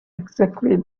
exactly